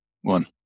one